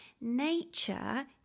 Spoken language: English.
nature